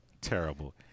terrible